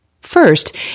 First